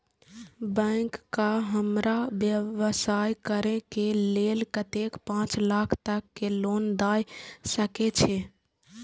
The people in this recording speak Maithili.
बैंक का हमरा व्यवसाय करें के लेल कतेक पाँच लाख तक के लोन दाय सके छे?